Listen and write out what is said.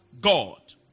God